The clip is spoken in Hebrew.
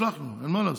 אין מה לעשות.